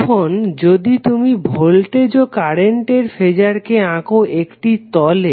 এখন যদি তুমি ভোল্টেজ ও কারেন্টের ফেজারকে আঁকো একটি তলে